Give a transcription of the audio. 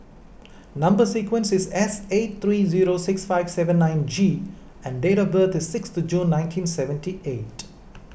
Number Sequence is S eight three zero six five seven nine G and date of birth is sixth June nineteen seventy eight